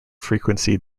frequency